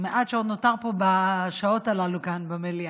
המעט שעוד נותרו בשעות הללו כאן במליאה,